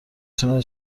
تونه